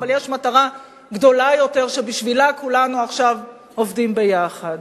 אבל יש מטרה גדולה יותר שבשבילה כולנו עכשיו עובדים ביחד.